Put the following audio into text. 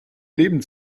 leben